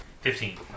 Fifteen